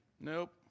Nope